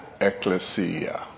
Ecclesia